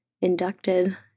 inducted